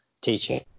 teaching